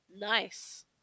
nice